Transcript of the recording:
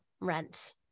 Rent